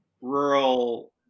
rural